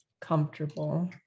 comfortable